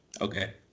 Okay